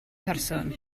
person